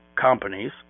companies